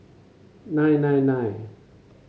nine nine nine